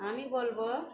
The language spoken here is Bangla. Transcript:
আমি বলব